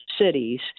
cities